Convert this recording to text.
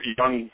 young